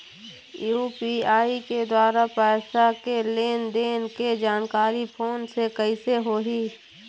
UPI के द्वारा पैसा के लेन देन के जानकारी फोन से कइसे होही?